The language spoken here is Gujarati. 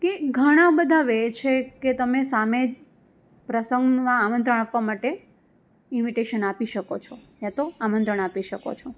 કે ઘણાં બધાં વે છે કે તમે સામે પ્રસંગમાં આમંત્રણ આપવા માટે ઇન્વિટેશન આપી શકો છો યાતો આમંત્રણ આપી શકો છો